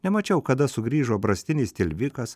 nemačiau kada sugrįžo brastinis tilvikas